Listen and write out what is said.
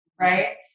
right